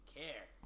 care